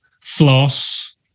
floss